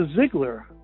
Ziegler